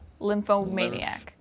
lymphomaniac